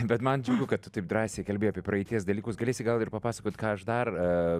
bet man džiugu kad tu taip drąsiai kalbi apie praeities dalykus galėsi gal ir papasakot ką aš dar a